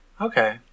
Okay